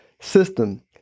system